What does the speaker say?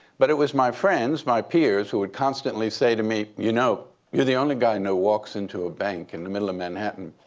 but it was my friends, my peers, who would constantly say to me, you know, you're the only guy who walks into a bank in the middle of manhattan.